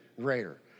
greater